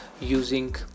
using